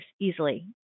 easily